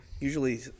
Usually